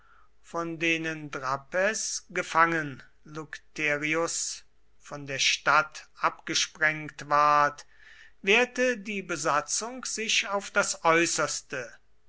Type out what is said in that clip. von denen drappes gefangen lucterius von der stadt abgesprengt ward wehrte die besatzung sich auf das äußerste